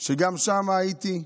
שגם שם הייתי,